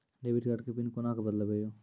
Debit card के pin कोना के बदलबै यो?